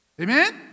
Amen